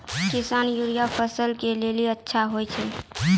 किसान यूरिया फसल के लेली अच्छा होय छै?